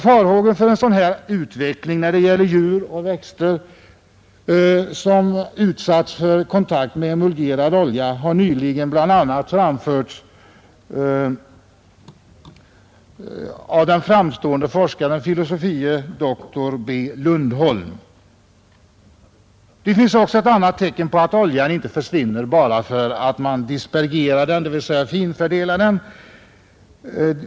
Farhågor för en sådan utveckling när det gäller djur och växter som utsatts för kontakt med emulgerad olja har nyligen bl.a. framförts av den framstående forskaren fil. dr B. Lundholm. Det finns också ett annat tecken på att oljan inte försvinner bara för att man dispergerar den, dvs. finfördelar den.